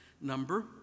number